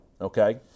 okay